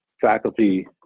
faculty